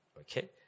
Okay